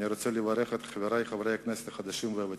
אני רוצה לברך את חברי חברי הכנסת החדשים והוותיקים.